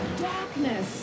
Darkness